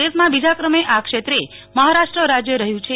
દેશમાં બીજા ક્રમે આ ક્ષેત્રે મહારાષ્ટ્ર રાજ્ય રહ્યું છે